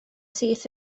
syth